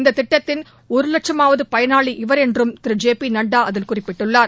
இந்ததிட்டத்தின் ஒருவட்சமாவதுபயனாளி இவர் என்றும் திரு ஜே பிநட்டாஅதில் குறிப்பிட்டுள்ளார்